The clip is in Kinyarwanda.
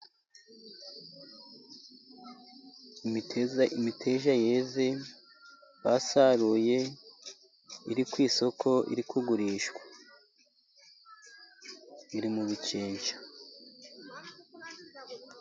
Imiteja yeze basaruye iri ku isoko iri kugurishwa. Iri mu bikensha.